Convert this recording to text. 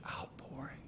outpouring